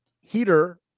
heater